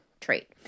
trait